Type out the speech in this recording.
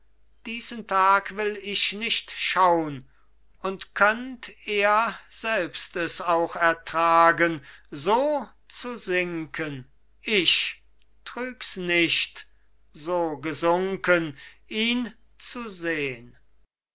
diesen tag will ich nicht schaun und könnt er selbst es auch ertragen so zu sinken ich trügs nicht so gesunken ihn zu sehn